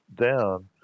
down